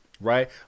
right